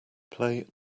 play